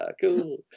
Cool